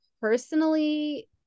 personally